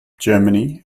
germany